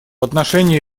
отношении